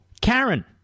Karen